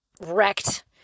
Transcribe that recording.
wrecked